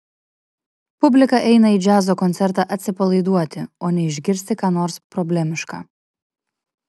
publika eina į džiazo koncertą atsipalaiduoti o ne išgirsti ką nors problemiška